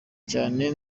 cyane